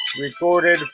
recorded